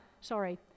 Sorry